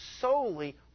solely